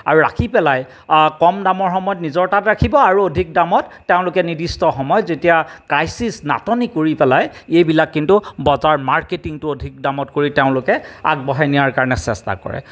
আৰু ৰাখি পেলাই কম দামৰ সময়ত নিজৰ তাত ৰাখিব আৰু অধিক দামত তেওঁলোকে নিৰ্দিষ্ট সময়ত যেতিয়া ক্ৰাইচিছ নাটনি কৰি পেলাই এইবিলাক কিন্তু বজাৰ মাৰ্কেটিঙটো অধিক দামত কৰি তেওঁলোকে আগবঢ়াই নিয়াৰ কাৰণে চেষ্টা কৰে